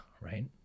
right